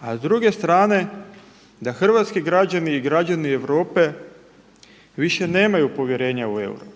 a s druge strane da hrvatski građani i građani Europe više nemaju povjerenja u euro.